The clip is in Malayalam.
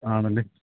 ആണല്ലേ